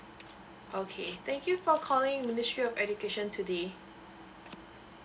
okay thank you for calling ministry of education today